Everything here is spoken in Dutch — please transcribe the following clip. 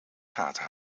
gaten